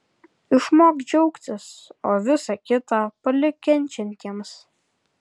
išmok džiaugtis o visa kita palik kenčiantiems